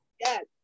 Yes